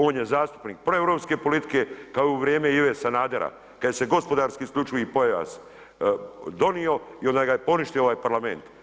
On je zastupnik proeuropske politike kao u vrijeme Ive Sanadera, kada se gospodarski isključivi pojas donio i onda ga je poništio ovaj Parlament.